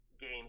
game